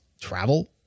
travel